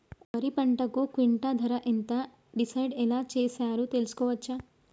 వరి పంటకు క్వింటా ధర ఎంత డిసైడ్ ఎలా చేశారు తెలుసుకోవచ్చా?